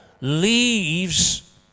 leaves